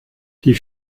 die